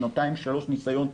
שנתיים-שלוש ניסיון,